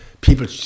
People